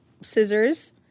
scissors